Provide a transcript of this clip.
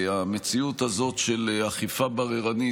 המציאות הזאת של אכיפה בררנית,